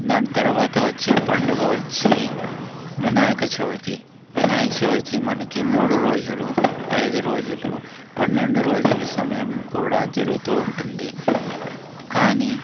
దాని తర్వాత వచ్చే పండుగ వచ్చి వినాయక చవితి వినాయక చవితి మనకి మూడు రోజులు ఐదు రోజులు పన్నెండు రోజులు సమయం కూడా జరుగుతూ ఉంటుంది కానీ